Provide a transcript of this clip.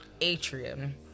Atrium